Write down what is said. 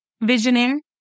Visionary